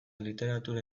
literatura